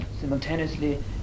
simultaneously